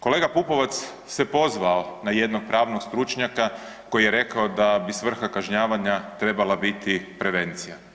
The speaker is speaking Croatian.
Kolega Pupovac se pozvao na jednog pravno stručnjaka koji je rekao da bi svrha kažnjavanja trebala biti prevencija.